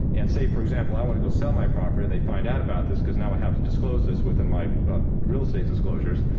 and say, for example, i want to go sell my property, and they find out about this, cause now i have to disclose this within my real estate disclosures.